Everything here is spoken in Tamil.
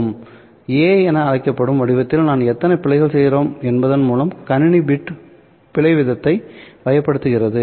A என அழைக்கப்படும் வடிவத்தில் நாம் எத்தனை பிழைகள் செய்கிறோம் என்பதன் மூலம் கணினி பிட் பிழை வீதத்தை வகைப்படுத்தப்படுகிறது